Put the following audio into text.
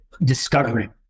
discovering